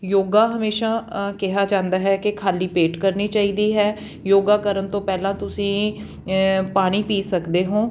ਯੋਗਾ ਹਮੇਸ਼ਾ ਕਿਹਾ ਜਾਂਦਾ ਹੈ ਕਿ ਖਾਲੀ ਪੇਟ ਕਰਨੀ ਚਾਹੀਦੀ ਹੈ ਯੋਗਾ ਕਰਨ ਤੋਂ ਪਹਿਲਾਂ ਤੁਸੀਂ ਪਾਣੀ ਪੀ ਸਕਦੇ ਹੋ